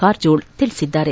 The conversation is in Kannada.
ಕಾರ್ ಜೋಳ್ ತಿಳಿಸಿದ್ದಾರೆ